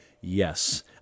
Yes